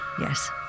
Yes